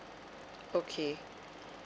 okay